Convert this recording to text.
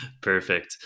Perfect